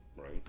Right